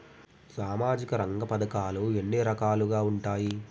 సామాజిక రంగ పథకాలు ఎన్ని రకాలుగా ఉంటాయి?